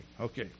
Okay